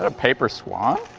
ah paper swan?